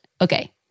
Okay